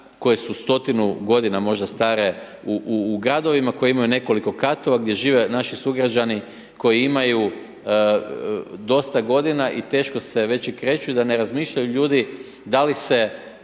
koje su stotinu godina možda stare u, u gradovima, koji imaju nekoliko katova, gdje žive naši sugrađani koji imaju dosta godina i teško se već i kreću, da ne razmišljaju ljudi da li se